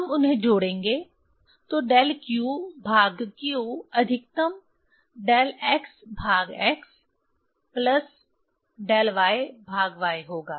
हम उन्हें जोड़ेंगे तो डेल q भाग q अधिकतम डेल x भाग x प्लस डेल y भाग y होगा